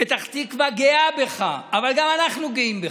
פתח תקווה גאה בך, אבל גם אנחנו גאים בך,